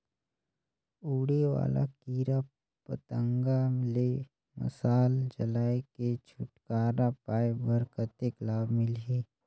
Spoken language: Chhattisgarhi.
उड़े वाला कीरा पतंगा ले मशाल जलाय के छुटकारा पाय बर कतेक लाभ मिलही?